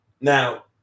Now